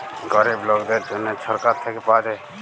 গরিব লকদের জ্যনহে ছরকার থ্যাইকে পাউয়া যায়